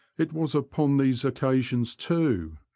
it was upon these occasions, too,